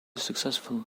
successful